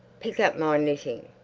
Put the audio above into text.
pick up my knitting.